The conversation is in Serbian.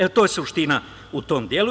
E, to je suština u tom delu.